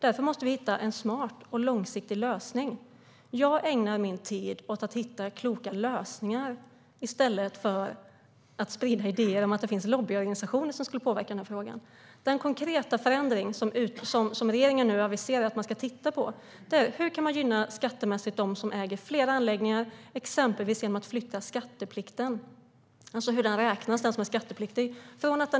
Därför måste vi hitta en smart och långsiktig lösning. Jag ägnar min tid åt att hitta kloka lösningar i stället för att sprida idéer om att det finns lobbyorganisationer som skulle påverka denna fråga. Den konkreta förändring som regeringen nu har aviserat att man ska titta på är hur man skattemässigt kan gynna dem som äger flera anläggningar, exempelvis genom att flytta skatteplikten. Det handlar alltså om hur skatteplikten beräknas.